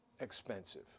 expensive